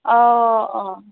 অঁ অঁ